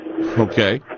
Okay